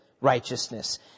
righteousness